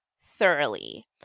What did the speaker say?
thoroughly